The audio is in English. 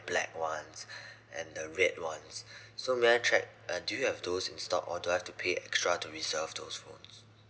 black [ones] and the red [ones] so may I check uh do you have those in stock or do I have to pay extra to reserve those phones